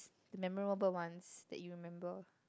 memorable ones that you remember